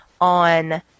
on